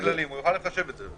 יהיו לו הכללים הוא יוכל לחשב את זה.